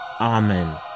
Amen